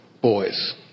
boys